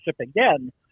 again